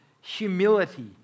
humility